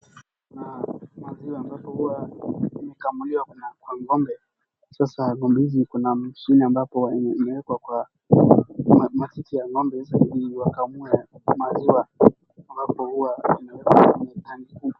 Kuna maziwa ambapo huwa imekamuliwa kutoka kwa ng'ombe, sasa ng'ombe hizi kuna mashine ambapo zimewekwa kwa matiti ya ng'ombe ili ziwakamue kutoa maziwa ambapo huwa inawekwa kwenye jagi hii.